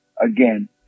again